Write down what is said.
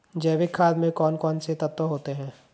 जैविक खाद में कौन कौन से तत्व होते हैं?